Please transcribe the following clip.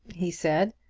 he said.